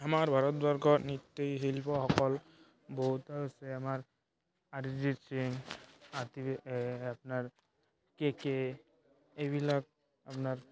আমাৰ ভাৰতবৰ্ষৰ নৃত্য় শিল্পীসকল বহুত আছে আমাৰ অৰিজিত সিং আতিফ এই আপোনাৰ কে কে এইবিলাক আপোনাৰ